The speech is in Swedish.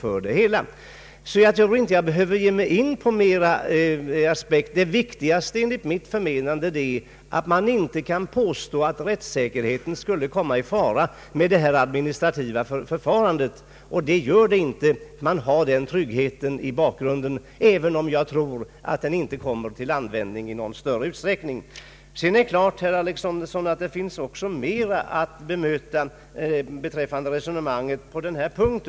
Jag tror inte att jag behöver ge mig in på fler aspekter. Det viktigaste enligt mitt förmenande är att man inte kan påstå att rättssäkerheten skulle komma i fara med detta administrativa förfarande. Man har den tryggheten i bakgrunden att man kan få ärendet prövat vid domstol. Jag tror dock inte att den möjligheten kommer till användning i någon större utsträckning. Sedan är det klart, herr Alexanderson, att det också finns mera att bemöta i resonemanget på denna punkt.